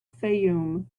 fayoum